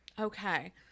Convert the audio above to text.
Okay